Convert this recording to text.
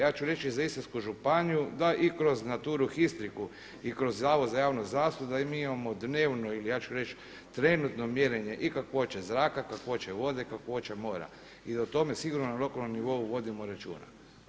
Ja ću reći za Istarsku županiju da i kroz Naturu Histricu i kroz Zavod za javno zdravstvo da i mi imamo dnevno ili ja ću reći trenutno mjerenje i kakvoće zraka, kakvoće vode, kakvoće mora i da o tome sigurno na lokalnom nivou vodimo računa.